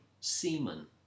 semen